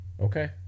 Okay